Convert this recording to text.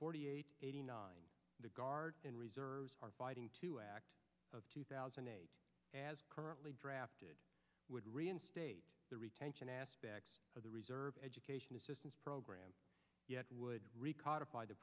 forty eight eighty nine the guard and reserves are fighting to act of two thousand and eight as currently drafted would reinstate the retention aspects of the reserve education assistance program yet would rec